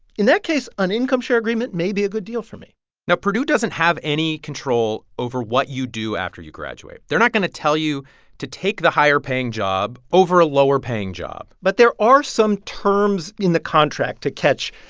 in that case, an income-share agreement may be a good deal for me now, purdue doesn't have any control over what you do after you graduate. they're not going to tell you to take the higher-paying job over a lower-paying job but there are some terms in the contract to catch,